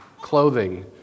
clothing